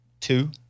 Two